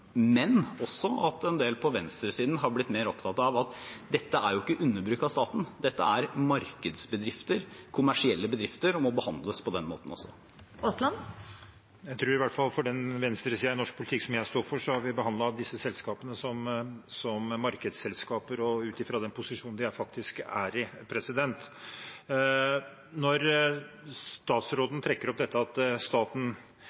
men også at en del på venstresiden har blitt mer opptatt av at dette er jo ikke underbruk av staten. Dette er markedsbedrifter, kommersielle bedrifter, og må også behandles på den måten. Jeg tror i hvert fall at den venstresiden i norsk politikk som jeg står for, har behandlet disse selskapene som markedsselskaper og ut fra den posisjonen de er i. Når statsråden trekker opp dette at staten